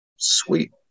Sweet